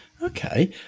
okay